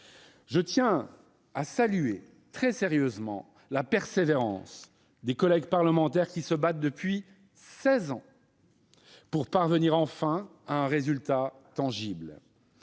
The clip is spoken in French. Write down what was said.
Je tiens à saluer très sérieusement la persévérance des collègues parlementaires qui, depuis seize ans, se battent pour parvenir enfin à un résultat tangible.